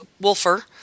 Wolfer